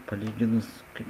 palyginus kaip